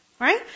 Right